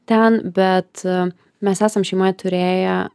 ten bet mes esam šeimoje turėję